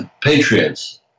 Patriots